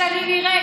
אל תשקר,